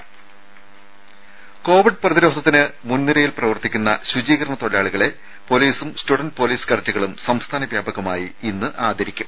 രുര കോവിഡ് പ്രതിരോധത്തിന് മുൻനിരയിൽ പ്രവർത്തിക്കുന്ന ശുചീകരണ തൊഴിലാളികളെ പൊലീസും സ്റ്റുഡന്റ് പൊലീസ് കേഡറ്റുകളും സംസ്ഥാന വ്യാപകമായി ഇന്ന് ആദരിക്കും